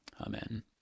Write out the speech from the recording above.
Amen